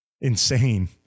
Insane